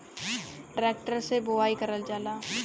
tractor से बोवाई करल जाला